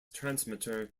transmitter